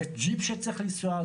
זה ג'יפ שצריך לנסוע.